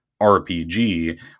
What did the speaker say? RPG